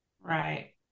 right